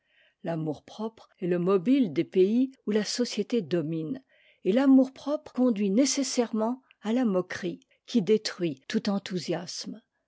l'amour-propre est le mobile des pays où la société domine et l'amour-propre conduit nécessairement à la moquerie qui détruit tout enthousiasme